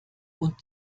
und